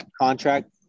contract